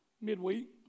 midweek